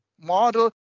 model